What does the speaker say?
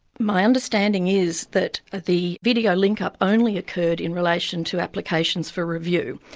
my understanding is that the video link-up only occurred in relation to applications for review.